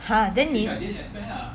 !huh! then 你